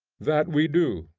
that we do,